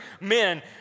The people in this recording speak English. men